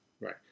Right